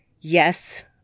yes